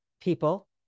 people